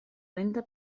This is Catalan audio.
lenta